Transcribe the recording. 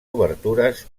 obertures